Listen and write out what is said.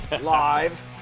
live